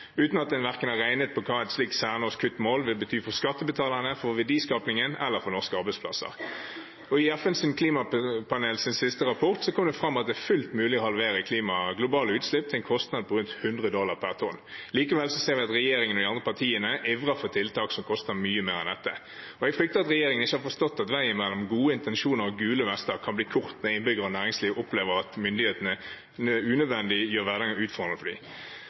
uten at en har regnet på hva et slikt særnorsk kuttmål vil bety verken for skattebetalerne, for verdiskapingen eller for norske arbeidsplasser. I FNs klimapanels siste rapport kom det fram at det er fullt mulig å halvere globale utslipp til en kostnad på rundt 100 dollar per tonn. Likevel ser vi at regjeringen og de andre partiene ivrer for tiltak som koster mye mer enn dette. Jeg frykter at regjeringen ikke har forstått at veien mellom gode intensjoner og gule vester kan bli kort når innbyggere og næringsliv opplever at myndighetene unødvendig gjør